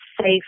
safe